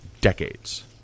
decades